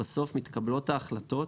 בסוף מתקבלות ההחלטות,